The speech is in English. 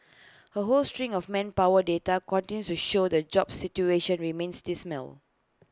A whole string of manpower data continues to show the jobs situation remains dismal